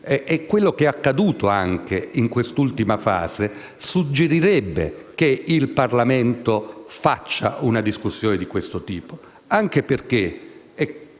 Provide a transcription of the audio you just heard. Quello che è accaduto anche in quest'ultima fase suggerirebbe al Parlamento di svolgere una discussione di questo tipo, anche perché -